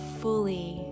fully